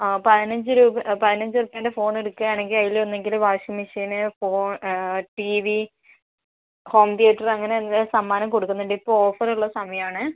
ആ പതിനഞ്ച് രൂപ പതിനഞ്ച് റുപ്പയെൻ്റെ ഫോൺ എടുക്കുകയാണെങ്കിൽ അതിലൊന്നുകിൽ വാഷിങ് മെഷീൻ ഫോ ടി വി ഹോം തീയറ്റർ അങ്ങനെ എന്തേ സമ്മാനം കൊടുക്കുന്നുണ്ടിപ്പോൾ ഓഫർ ഉള്ള സമയമാണ്